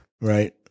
Right